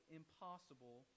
impossible